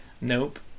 Nope